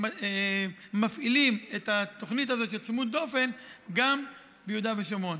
מפעילים את התוכנית הזאת של צמוד-דופן גם ביהודה ושומרון.